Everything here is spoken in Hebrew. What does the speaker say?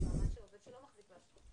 לבין עובד שלא מחזיק באשרה.